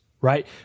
right